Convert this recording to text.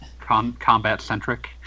Combat-centric